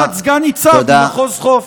מעל דרגת סגן ניצב במחוז חוף?